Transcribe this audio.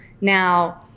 Now